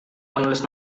menulis